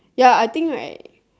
ya I think like